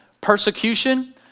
persecution